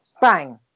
bang